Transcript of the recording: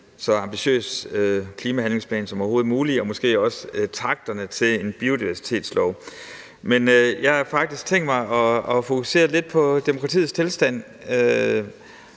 så ambitiøs klimahandlingsplan som overhovedet muligt og måske også takterne til en biodiversitetslov. Men jeg har faktisk tænkt mig at fokusere lidt på demokratiets tilstand,